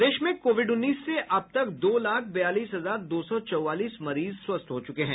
प्रदेश में कोविड उन्नीस से अब तक दो लाख बयालीस हजार दो सौ चौवालीस मरीज स्वस्थ हो चुके हैं